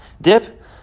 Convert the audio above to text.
dip